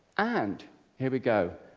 and here we go.